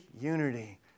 unity